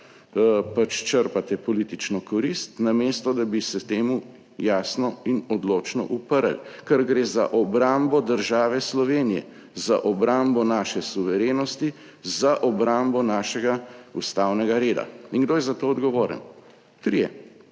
pač črpate politično korist, namesto da bi se temu jasno in odločno uprli, ker gre za obrambo države Slovenije, za obrambo naše suverenosti, za obrambo našega ustavnega reda in kdo je za to odgovoren. Trije.